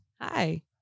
Hi